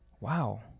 Wow